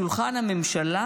שולחן הממשלה